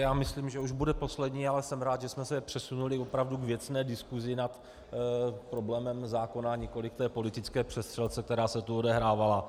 Já myslím, že už bude poslední, ale jsem rád, že jsme se přesunuli opravdu k věcné diskusi nad problémem zákona, a nikoliv k té politické přestřelce, která se tu odehrávala.